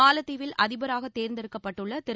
மாலத்தீவில் அதிபராக தேர்ந்தெடுக்கப்பட்டுள்ள திரு